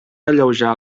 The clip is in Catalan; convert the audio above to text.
alleujar